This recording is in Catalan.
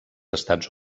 estats